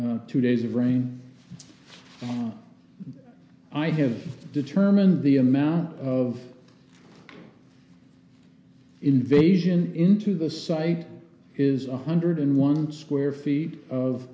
two days of rain i have determined the amount of invasion into the site is a hundred and one square feet of